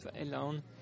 alone